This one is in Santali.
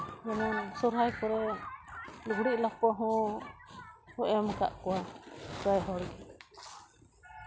ᱢᱟᱱᱮ ᱥᱚᱨᱦᱟᱭ ᱠᱚᱨᱮ ᱞᱩᱜᱽᱲᱤᱡ ᱞᱟᱯᱚ ᱦᱚᱸ ᱮᱢ ᱠᱟᱜ ᱠᱚᱣᱟ ᱥᱚᱵ ᱦᱚᱲ